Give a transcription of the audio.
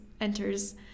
enters